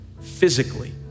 physically